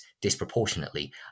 disproportionately